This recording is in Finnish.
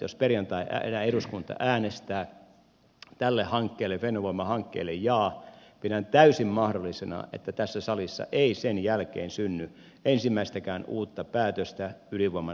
jos perjantaina eduskunta äänestää tälle fennovoiman hankkeelle jaa pidän täysin mahdollisena että tässä salissa ei sen jälkeen synny ensimmäistäkään uutta päätöstä ydinvoiman lisärakentamiseksi suomeen